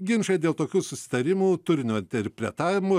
ginčai dėl tokių susitarimų turinio interpretavimo